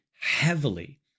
heavily